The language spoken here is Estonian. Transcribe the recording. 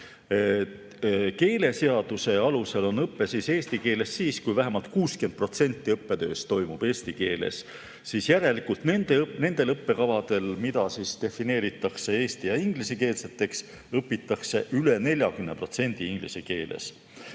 Keeleseaduse alusel on õpe eesti keeles siis, kui vähemalt 60% õppetööst toimub eesti keeles. Järelikult nendel õppekavadel, mida defineeritakse eesti‑ ja ingliskeelseteks, õpitakse üle 40% inglise keeles,